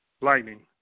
lightning